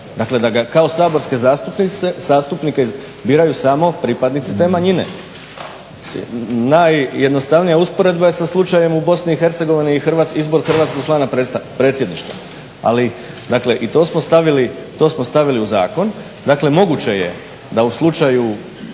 da ga kao saborske zastupnike biraju samo pripadnici te manjine. Najjednostavnija usporedba je sa slučajem u Bosni i Hercegovini izbor hrvatskog člana predsjedništva. Ali dakle i to smo stavili u zakon. Dakle, moguće je da u slučaju